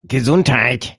gesundheit